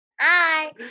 Hi